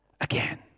again